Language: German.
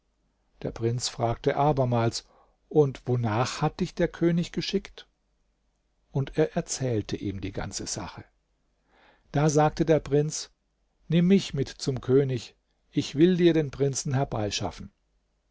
der prinz fragte abermals und wonach hat dich der könig geschickt und er erzählte ihm die ganze sache da sagte der prinz nimm mich mit zum könig ich will dir den prinzen herbeischaffen